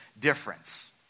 difference